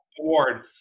award